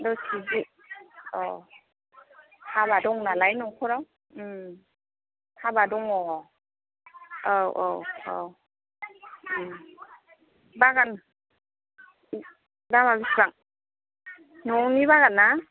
दस के जि अ हाबा दं नालाय न'खरआव हाबा दङ औ औ औ बागान बेसेबां न'नि बागान ना